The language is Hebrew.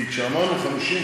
כי כשאמרנו 50,